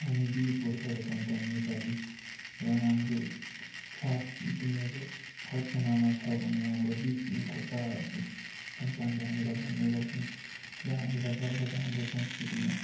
हामी वीर गोर्खाको सन्तान नेपाली र हाम्रो छाप दुनियाँको हरकुनामा छ भन्ने हाम्रो वीर गोर्खाहरूको सन्तानले हामीलाई भन्ने गर्छन् र हामीलाई गर्व छ हाम्रो संस्कृतिमा